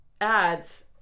ads